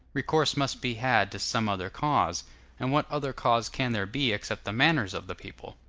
recourse must be had to some other cause and what other cause can there be except the manners of the people?